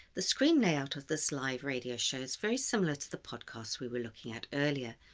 the screen layout of this live radio show is very similar to the podcasts we were looking at earlier,